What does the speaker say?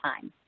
time